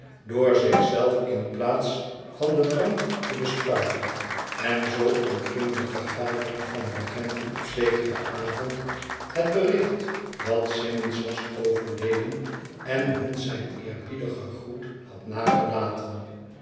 door zich zelf in plaats van den brand te bespuiten en zoo ontving de vergadering van regenten op zekeren avond het bericht dat simmons was overleden en hun zijn eerbiedigen groet had nagelaten